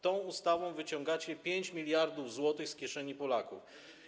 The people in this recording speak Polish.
Tą ustawą wyciągacie 5 mld zł z kieszeni Polaków.